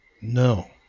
No